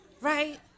Right